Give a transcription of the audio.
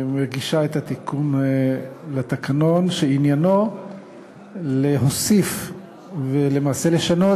מגישה את התיקון לתקנון שעניינו להוסיף ולמעשה לשנות